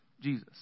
Jesus